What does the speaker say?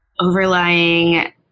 overlying